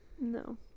No